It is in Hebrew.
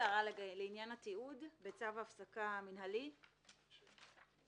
יישאר בנוסח הנוכחי.